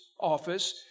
office